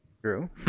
True